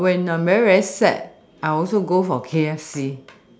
but when I'm very very very sad I will also go for K_F_C